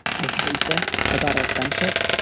i hate this about our friendship.